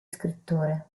scrittore